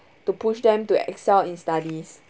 to push them to excel in studies